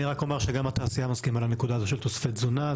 אני רק אומר שגם התעשייה מסכימה לנקודה הזאת של תוספי תזונה.